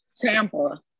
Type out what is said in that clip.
Tampa